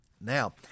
Now